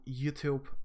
YouTube